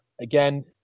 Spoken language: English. again